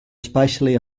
especially